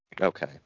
Okay